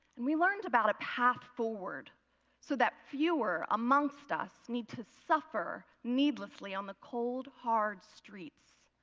and we learned about a path forward so that fewer amongst us need to suffer needlessly on the cold hard streets.